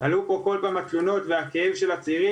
עלו פה כל פעם התלונות והכאב הזה של הצעירים